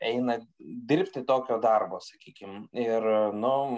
eina dirbti tokio darbo sakykim ir nu